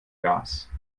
gas